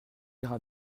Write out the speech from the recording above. ira